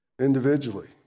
individually